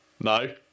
No